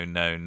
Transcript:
no